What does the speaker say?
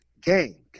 game